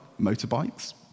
motorbikes